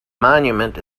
monument